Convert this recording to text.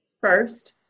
first